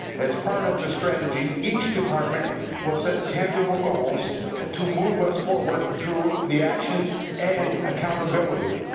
as part of the strategy, each department will set tangible goals to move us forward through the action and accountability,